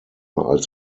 als